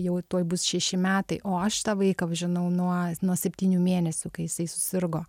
jau tuoj bus šeši metai o aš tą vaiką žinau nuo nuo septynių mėnesių kai jisai susirgo